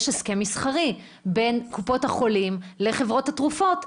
יש הסכם מסחרי בין קופות החולים לחברות התרופות.